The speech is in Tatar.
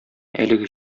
әлеге